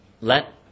let